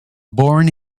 born